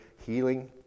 healing